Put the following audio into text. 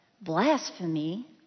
blasphemy